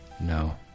No